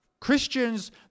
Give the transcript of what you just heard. Christians